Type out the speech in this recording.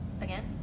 Again